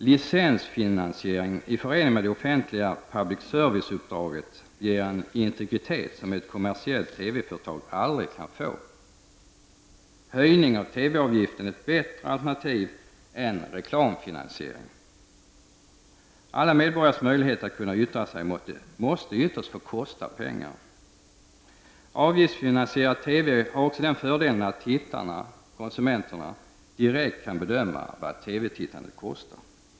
Licensfinansiering i förening med det offentliga public service-uppdraget ger en integritet som ett kommersiellt TV-företag aldrig kan få. Höjning av TV-avgiften är ett bättre alternativ än reklamfinansiering. Alla medborgares möjligheter att yttra sig måste ytterst få kosta pengar. Avgiftsfinansierad TV har också den fördelen att tittarna/konsumenterna direkt kan bedöma vad TV-tittandet kostar.